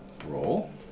roll